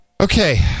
okay